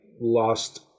lost